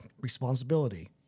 responsibility